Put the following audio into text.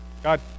God